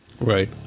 Right